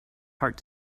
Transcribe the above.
heart